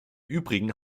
übrigen